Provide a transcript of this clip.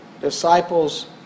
disciples